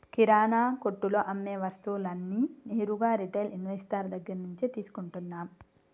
కిరణా కొట్టులో అమ్మే వస్తువులన్నీ నేరుగా రిటైల్ ఇన్వెస్టర్ దగ్గర్నుంచే తీసుకుంటన్నం